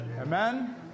Amen